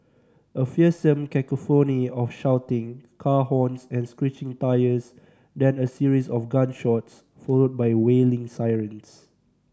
a fearsome cacophony of shouting car horns and screeching tyres then a series of gunshots followed by wailing sirens